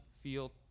feel